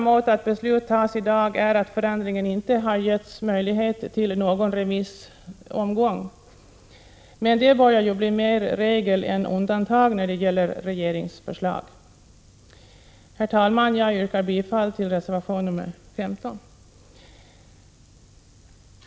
Mot att beslut tas i dag talar också att denna förändring inte har remissbehandlats, men det börjar bli mera regel än undantag när det gäller regeringens förslag. Herr talman! Jag yrkar bifall till reservation 15.